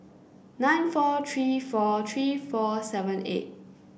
nine four three four three four seven eight